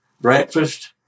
breakfast